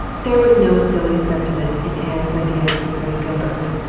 there was no silly sentiment in anne's ideas concerning gilbert.